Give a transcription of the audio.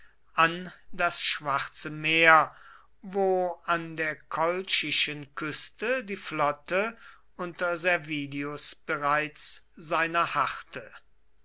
an das schwarze meer wo an der kolchischen küste die flotte unter servilius bereits seiner harrte